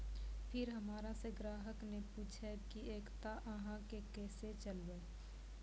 फिर हमारा से ग्राहक ने पुछेब की एकता अहाँ के केसे चलबै?